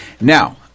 Now